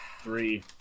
Three